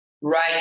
right